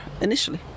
initially